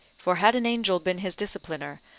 for had an angel been his discipliner,